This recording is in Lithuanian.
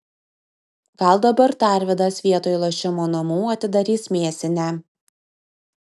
gal dabar tarvydas vietoj lošimo namų atidarys mėsinę